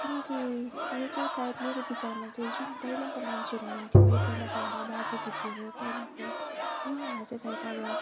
किनकि यो चाहिँ सायद मेरो विचारमा चाहिँ जुन पहिलाको मान्छेहरू हुनुहुन्थ्यो है पहिलाको हाम्रो बाजे बोजूहरू पहिलाको उहाँहरूलाई चाहिँ सायद अब